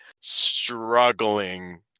struggling